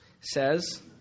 says